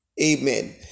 Amen